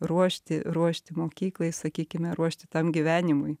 ruošti ruošti mokyklai sakykime ruošti tam gyvenimui